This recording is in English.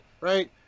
right